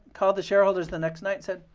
called the shareholders the next night, said,